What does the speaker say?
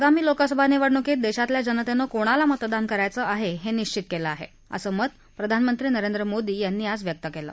आगामी लोकसभा निवडणुकीत देशातील जनतेनं कोणला मतदान करायचं आहे हे निश्वित केलं आहे असं मत प्रधानमंत्री नरेंद्र मोदी यांनी आज व्यक्त केलं